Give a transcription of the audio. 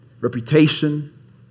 reputation